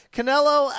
Canelo